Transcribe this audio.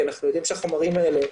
כי אנחנו יודעים שהחומרים האלה,